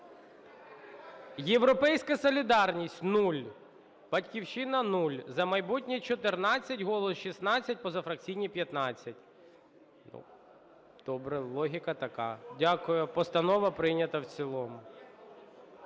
"Європейська солідарність" – 0, "Батьківщина" – 0, "За майбутнє" – 14, "Голос" – 16, позафракційні – 15. Добре. Логіка така. Дякую. Постанова прийнята в цілому.